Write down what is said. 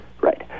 Right